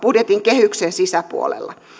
budjetin kehyksen sisäpuolella